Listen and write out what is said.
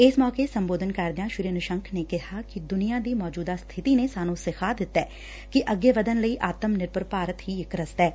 ਇਸ ਮੌਕੇ ਸੰਬੋਧਨ ਕਰਦਿਆਂ ਸ੍ਰੀ ਨਿਸੰਕ ਨੇ ਕਿਹਾ ਕਿ ਦੁਨੀਆਂ ਦੀ ਮੌਜੂਦਾ ਸਬਿਤੀ ਨੇ ਸਾਨੂੰ ਸਿਖਾ ਦਿੱਤੈ ਕਿ ਅੱਗੇ ਵੱਧਣ ਲਈ ਆਤਮ ਨਿਰਭਰ ਭਾਰਤ ਹੀ ਇਕ ਰਸਤਾ ਏ